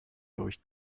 durch